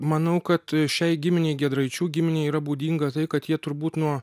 manau kad šiai giminei giedraičių giminei yra būdinga tai kad jie turbūt nuo